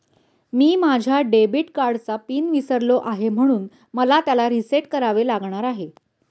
मी माझ्या डेबिट कार्डचा पिन विसरलो आहे म्हणून मला त्याला रीसेट करावे लागणार आहे